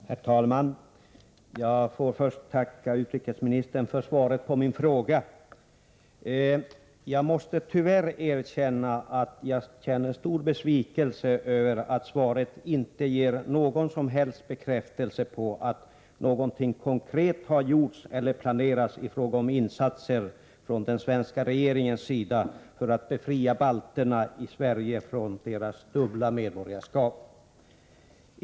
Herr talman! Jag får först tacka utrikesministern för svaret på min fråga. Jag måste tyvärr säga att jag känner stor besvikelse över att svaret inte ger någon som helst bekräftelse på att någonting konkret har gjorts eller planeras i fråga om insatser från den svenska regeringens sida för att befria balterna i Sverige från deras dubbla medborgarskap.